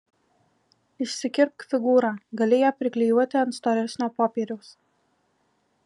išsikirpk figūrą gali ją priklijuoti ant storesnio popieriaus